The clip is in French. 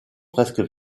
presque